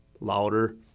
louder